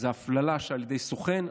זה הפללה על ידי סוכן.